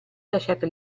lasciate